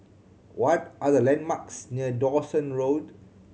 what are the landmarks near Dawson Road